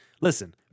listen